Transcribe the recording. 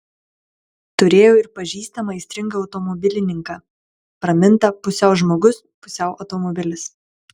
turėjau ir pažįstamą aistringą automobilininką pramintą pusiau žmogus pusiau automobilis